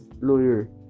lawyer